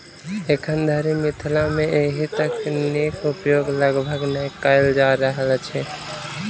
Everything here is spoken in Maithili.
एखन धरि मिथिला मे एहि तकनीक उपयोग लगभग नै कयल जा रहल अछि